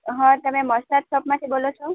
હાં તમે મસાજ શોપમાંથી બોલો છો